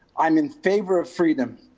i'm in favor of freedom.